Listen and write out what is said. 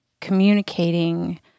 communicating